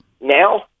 now